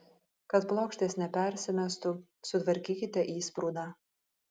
kad plokštės nepersimestų sutvarkykite įsprūdą